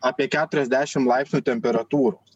apie keturiasdešim laipsnių temperatūros